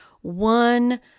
One